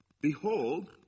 Behold